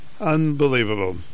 Unbelievable